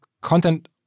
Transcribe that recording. content